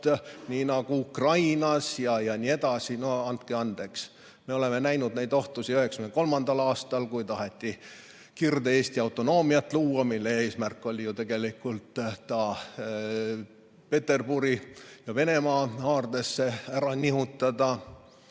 nii nagu Ukrainas jne. No andke andeks! Me nägime neid ohtusid 1993. aastal, kui taheti Kirde-Eesti autonoomiat luua, mille eesmärk oli ju tegelikult ta Peterburi ja Venemaa haardesse ära nihutada.